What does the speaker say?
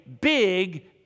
big